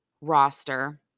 roster